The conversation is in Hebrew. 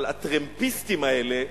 אבל הטרמפיסטים האלה,